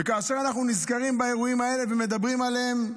וכאשר אנחנו נזכרים באירועים האלה ומדברים עליהם,